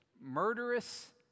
murderous